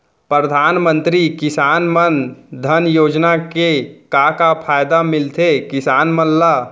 परधानमंतरी किसान मन धन योजना के का का फायदा मिलथे किसान मन ला?